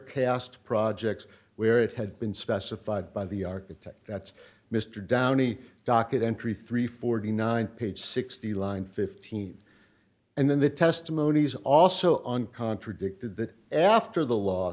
cast projects where it had been specified by the architect that's mr downey docket entry three hundred and forty nine page sixty line fifteen and then the testimonies also on contradicted that after the law